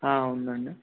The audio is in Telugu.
ఉందండి